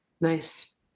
Nice